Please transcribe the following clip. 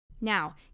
Now